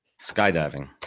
Skydiving